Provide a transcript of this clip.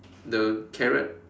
the carrot